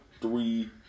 Three